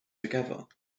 together